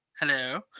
Hello